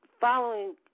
following